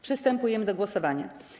Przystępujemy do głosowania.